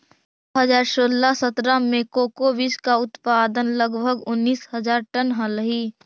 दो हज़ार सोलह सत्रह में कोको बींस का उत्पादन लगभग उनीस हज़ार टन हलइ